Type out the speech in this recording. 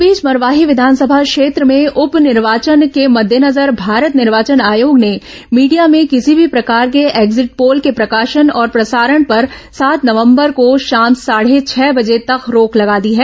इस बीच मरवाही विधानसभा क्षेत्र में उप निर्वाचन के मद्देनजर भारत निर्वाचन आयोग ने मीडिया में किसी भी प्रकार के एक्जिट पोल के प्रकाशन अथवा प्रसारण पर सात नवंबर को शाम साढे छह बजे तक रोक लगा दी है